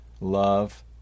Love